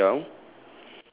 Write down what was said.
okay moving down